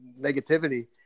negativity